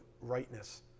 rightness